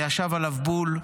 זה ישב עליו בול,